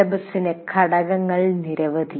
സിലബസിന് ഘടകങ്ങൾ നിരവധി